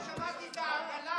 אחרי ששמעתי את העגלה הריקה,